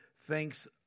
thinks